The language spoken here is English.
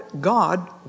God